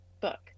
book